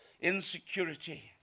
insecurity